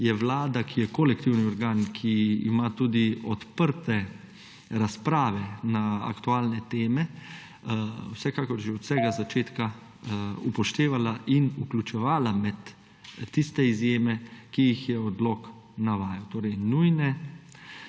je vlada, ki je kolektivni organ, ki ima tudi odprte razprave na aktualne teme, vsekakor že od vsega začetka upoštevala in vključevala med tiste izjeme, ki jih je odlok navajal. Torej nujne